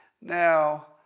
Now